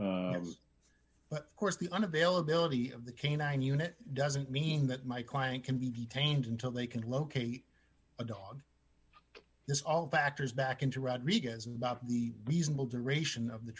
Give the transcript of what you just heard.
then but of course the un availability of the canine unit doesn't mean that my client can be detained until they can locate a dog it's all factors back into rodriguez not the reasonable duration of the